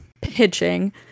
pitching